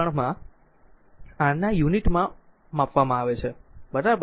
3 માં R ના યુનિટમાં માપવામાં આવે છે બરાબર